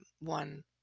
one